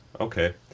okay